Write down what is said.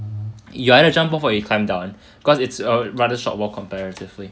you either jump off or you climb down cause it's a rather short wall comparatively